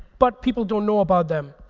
but people don't know about them.